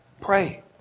Pray